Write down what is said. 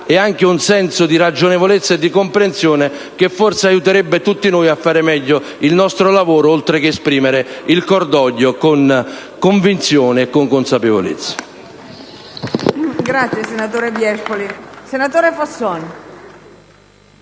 senso di pietà, di ragionevolezza e di comprensione, che forse aiuterebbe tutti noi a fare meglio il nostro lavoro, oltre che ad esprimere il cordoglio, con convinzione e consapevolezza.